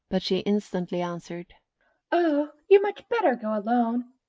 but she instantly answered oh, you'd much better go alone.